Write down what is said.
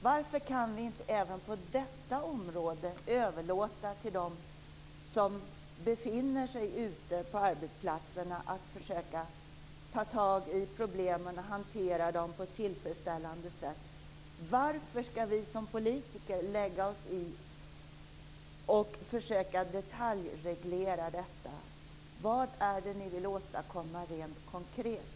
Varför kan vi inte även på detta område överlåta till dem som befinner sig ute på arbetsplatserna att försöka ta tag i problemen och hantera dem på ett tillfredsställande sätt? Varför skall vi som politiker lägga oss i och försöka detaljreglera detta? Vad är det ni vill åstadkomma rent konkret?